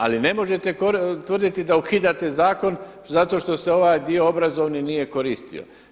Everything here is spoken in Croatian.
Ali ne možete tvrditi da ukidate zakon zato što se ovaj dio obrazovni nije koristio.